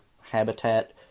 habitat